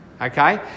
Okay